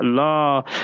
Allah